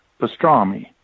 pastrami